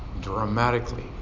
dramatically